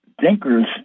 thinkers